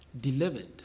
delivered